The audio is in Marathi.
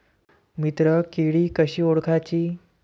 मित्र किडी कशी ओळखाची?